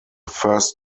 first